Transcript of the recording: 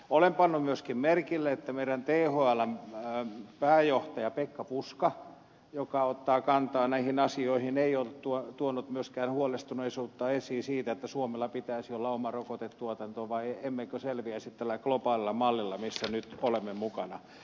olen pannut myöskin merkille että meidän thln pääjohtaja pekka puska joka ottaa kantaa näihin asioihin ei ollut tuonut myöskään huolestuneisuutta esiin siitä että suomella pitäisi olla oma rokotetuotanto tai emme selviäisi tällä globaalilla mallilla missä nyt olemme mukana